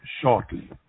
shortly